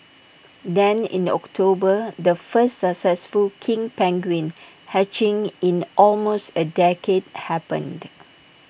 then in October the first successful king penguin hatching in almost A decade happened